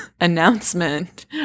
announcement